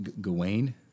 Gawain